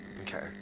Okay